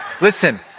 Listen